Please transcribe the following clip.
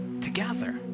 together